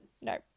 no